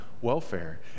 welfare